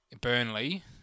Burnley